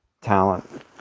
talent